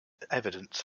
evidence